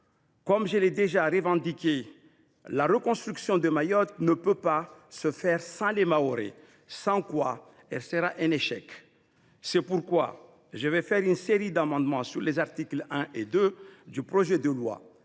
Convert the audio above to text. Comme je l’ai déjà revendiqué, la reconstruction de Mayotte ne peut pas se faire sans les Mahorais ; sans quoi, elle sera un échec. C’est pourquoi j’ai déposé une série d’amendements sur les articles 1 et 2 du projet de loi.